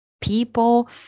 people